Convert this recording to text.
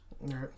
Right